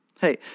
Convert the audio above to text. Hey